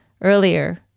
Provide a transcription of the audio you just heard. earlier